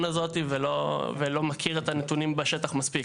הזאת ולא מכיר את הנתונים בשטח מספיק.